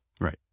Right